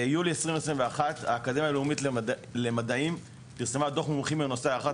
ביולי 2021 האקדמיה הלאומית למדעים פרסמה דו"ח מומחים בנושא "הערכת